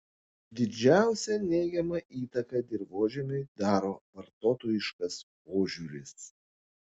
didžiausią neigiamą įtaką dirvožemiui daro vartotojiškas požiūris